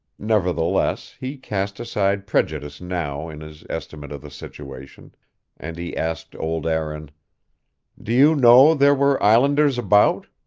nevertheless, he cast aside prejudice now in his estimate of the situation and he asked old aaron do you know there were islanders about?